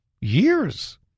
years